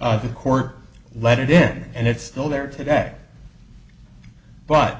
the court let it in and it's still there today but